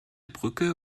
brücke